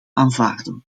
aanvaarden